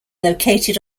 located